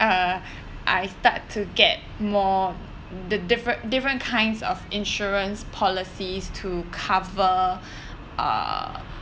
uh I start to get more the different different kinds of insurance policies to cover uh